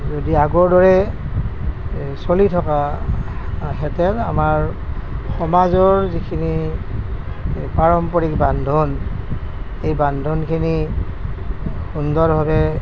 যদি আগৰ দৰে এই চলি থকা হেঁতেন আমাৰ সমাজৰ যিখিনি পাৰম্পৰিক বান্ধোন সেই বান্ধোনখিনি সুন্দৰভাৱে